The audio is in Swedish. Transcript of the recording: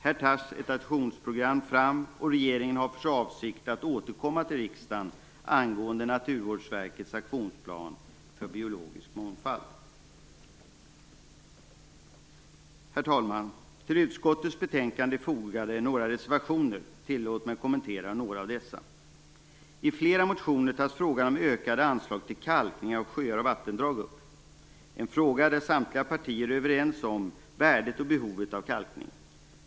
Här tas ett aktionsprogram fram, och regeringen har för avsikt att återkomma till riksdagen angående Naturvårdsverkets aktionsplan för biologisk mångfald. Till utskottets betänkande är några reservationer fogade. Tillåt mig att kommentera några av dessa. I flera motioner tas frågan om ökade anslag till kalkning av sjöar och vattendrag upp. Samtliga partier är överens om värdet och behovet av kalkning.